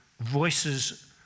Voices